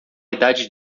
idade